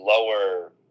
lower